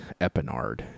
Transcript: Epinard